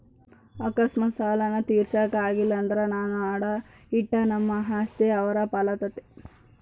ಅಕಸ್ಮಾತ್ ಸಾಲಾನ ತೀರ್ಸಾಕ ಆಗಲಿಲ್ದ್ರ ನಾವು ಅಡಾ ಇಟ್ಟ ನಮ್ ಆಸ್ತಿ ಅವ್ರ್ ಪಾಲಾತತೆ